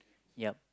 yup